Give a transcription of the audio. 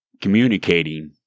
communicating